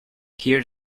hear